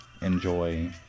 enjoy